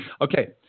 Okay